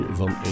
van